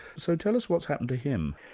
so tell us what's happened to him?